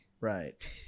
Right